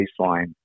baseline